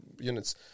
units